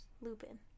Lupin